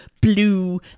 blue